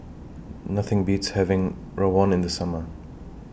Nothing Beats having Rawon in The Summer